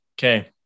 Okay